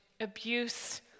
Abuse